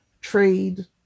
trade